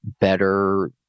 better